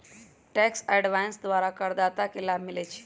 tax avoidance द्वारा करदाता के लाभ मिलइ छै